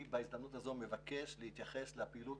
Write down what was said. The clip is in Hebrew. בהזדמנות הזאת אני מבקש להתייחס לפעילות